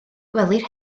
gwelir